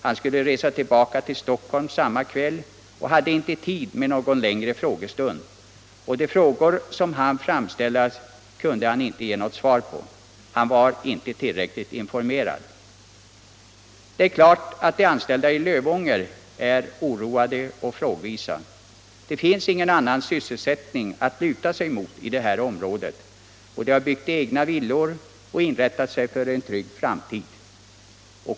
Han skulle resa tillbaka till Stockholm samma kväll och hade inte tid med någon längre frågestund — och de frågor som hann framställas kunde han inte ge något svar på. Han var inte tillräckligt informerad. Det är klart att de anställda i Lövånger är oroade och frågvisa. Det finns ingen annan sysselsättning att luta sig mot i det här området, och de har byggt egna villor och inrättat sig för en trygg framtid.